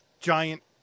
giant